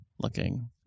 looking